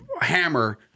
hammer